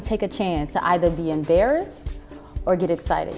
to take a chance to either be embarrassed or get excited